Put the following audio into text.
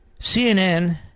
CNN